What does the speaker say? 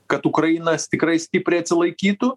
kad ukrainas tikrai stipriai atsilaikytų